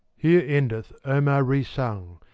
here endeth omar resung,